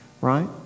Right